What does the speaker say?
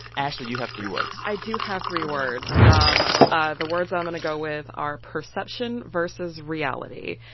ashley, you have three words i do have three words. um ah the words i'm going to go with are perception versus reality.